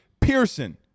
Pearson